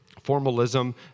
Formalism